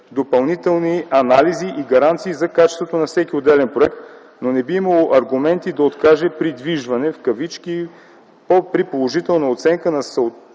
допълнителни анализи и гаранции за качеството на всеки отделен проект, но не би имало аргументи да откаже „придвижване” при положителна оценка на съответствието